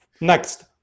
Next